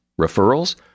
Referrals